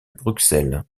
bruxelles